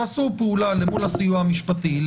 תעשו פעולה למול הסיוע המשפטי,